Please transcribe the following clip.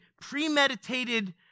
premeditated